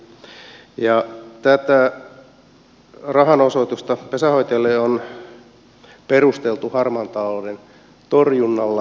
tätä rahan osoitusta pesänhoitajille on perusteltu harmaan talouden torjunnalla